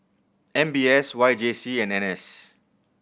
N B S Y J C and N S